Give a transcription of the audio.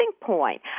point